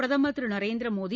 பிரதமர் திரு நரேந்திரமோடி